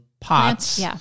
pots